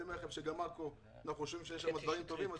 גם בעכו אנחנו שומעים שיש דברים טובים.